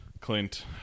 Clint